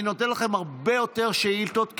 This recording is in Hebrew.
אני נותן לך הרבה יותר שאילתות,